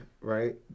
right